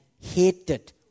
hated